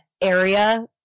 area